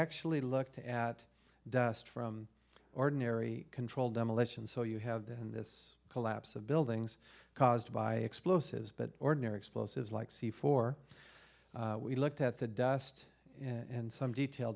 actually looked at dust from ordinary controlled demolition so you have this collapse of buildings caused by explosives but ordinary explosives like c four we looked at the dust in some detail